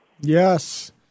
Yes